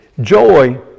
joy